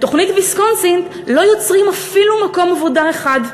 בתוכנית ויסקונסין לא יוצרים אפילו מקום עבודה אחד.